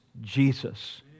Jesus